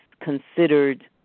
considered